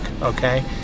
okay